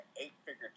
eight-figure